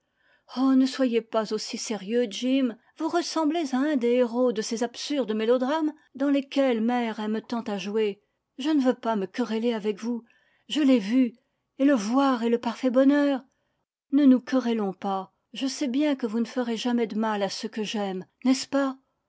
oh ne soyez pas aussi sérieux jim vous ressemblez à un des héros de ces absurdes mélodrames dans lesquels mère aime tant à jouer je ne veux pas me quereller avec vous je l'ai vu et le voir est le parfait bonheur ne nous querellons pas je sais bien que vous ne ferez jamais de mal à ceux que j'aime n'est-ce pas